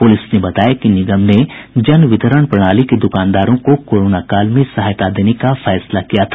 police ने बताया कि निगम ने जनवितरण प्रणाली के दुकानदारों को कोरोना काल में सहायता देने का फैसला किया था